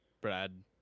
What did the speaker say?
Brad